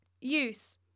Use